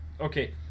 okay